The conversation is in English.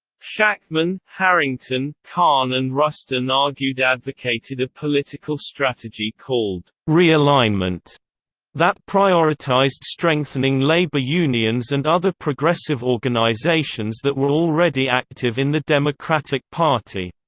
shachtman, harrington, kahn and rustin argued advocated a political strategy called realignment that prioritized strengthening labor unions and other progressive organizations that were already active in the democratic party.